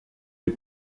est